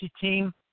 team